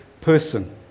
person